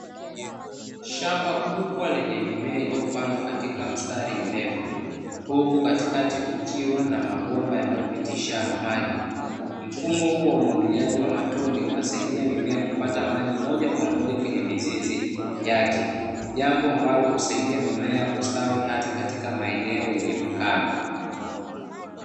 Shamba kubwa lenye mimea iliyopandwa katika msitari mrefu, huku katikati kukiwa na mabomba yanayopitisha maji. Mfumo huu wa umwagiliaji wa matone unasaidia mimea kupata maji moja kwa moja kwenye mizizi yake. Jambo ambalo husaidia mimea kustawi hata katika maeneo yenye ukame.